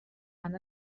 han